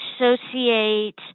associate